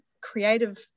creative